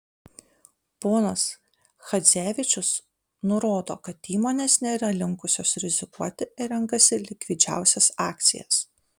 ponas chadzevičius nurodo kad įmonės nėra linkusios rizikuoti ir renkasi likvidžiausias akcijas